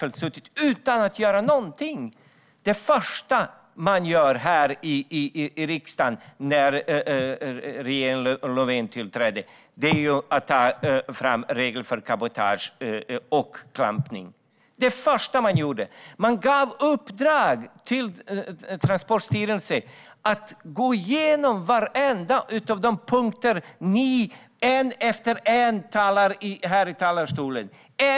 När regeringen Löfven tillträdde var det första som man gjorde här i riksdagen att ta fram regler för cabotage och klampning. Man gav Transportstyrelsen i uppdrag att gå igenom varje punkt som ni tar upp här i talarstolen.